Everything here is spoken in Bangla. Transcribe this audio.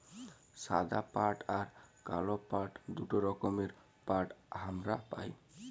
সাদা পাট আর কাল পাট দুটা রকমের পাট হামরা পাই